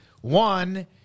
One